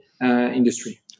industry